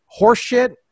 horseshit